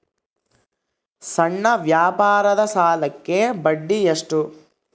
ಸಣ್ಣ ವ್ಯಾಪಾರದ ಸಾಲಕ್ಕೆ ಬಡ್ಡಿ ಎಷ್ಟು?